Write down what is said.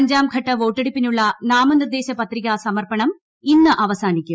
അഞ്ചാംഘട്ട വോട്ടെടുപ്പിനുള്ള നാമനിർദേശ പത്രികാ സമർപ്പണം ഇന്ന് അവസാനിക്കും